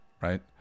right